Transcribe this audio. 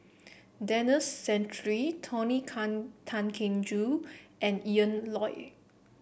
Denis Santry Tony Tan Keng Joo and Ian Loy